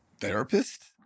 therapist